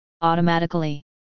Automatically